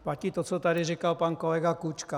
Platí to, co tady říkal pan kolega Klučka.